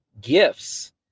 gifts